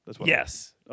Yes